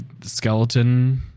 skeleton